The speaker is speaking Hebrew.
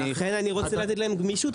לכן אני רוצה לתת להם גמישות,